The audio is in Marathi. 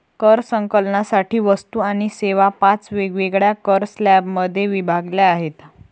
कर संकलनासाठी वस्तू आणि सेवा पाच वेगवेगळ्या कर स्लॅबमध्ये विभागल्या आहेत